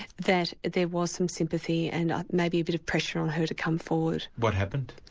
that there was some sympathy, and maybe a bit of pressure on her to come forward. what happened?